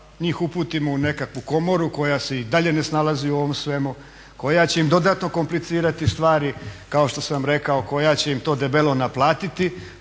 njih uputimo u nekakvu komoru koja se i dalje ne snalazi u ovom svemu, koja će im dodatno komplicirati stvari kao što sam rekao, koja će im to debelo naplatiti